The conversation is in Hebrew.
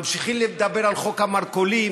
ממשיכים לדבר על חוק המרכולים,